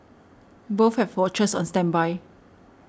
both have watchers on standby